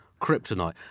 kryptonite